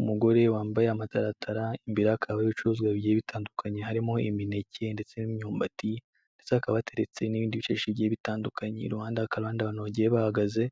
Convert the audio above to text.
Umugore wambaye amataratara imbere ye hakaba hari ibicuruzwa bigiye bitandukanye harimo imineke ndetse n'imyumbati, ndetse hakaba hateretse n'ibindi bicece bigiye bitandukanye, iruhande hakaba hari abantu bagiye bahagaze